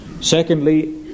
Secondly